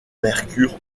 mercure